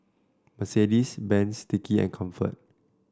Mercedes Benz Sticky and Comfort